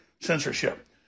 Censorship